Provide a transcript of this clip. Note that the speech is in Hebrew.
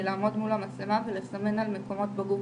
לעמוד מול המצלמה ולסמן על מקומות בגוף,